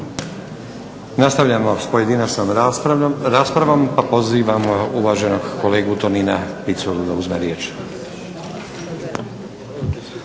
Nastavljamo sa pojedinačnom raspravom, pa pozivamo uvaženog kolegu Tonina Piculu da uzme riječ.